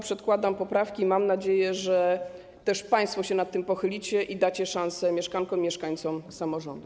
Przedkładam poprawki i mam nadzieję, że państwo się nad tym pochylicie i dacie szansę mieszkankom i mieszkańcom samorządu.